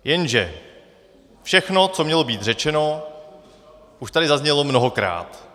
Jenže všechno, co mělo být řečeno, už tady zaznělo mnohokrát.